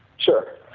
sure